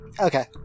Okay